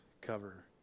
cover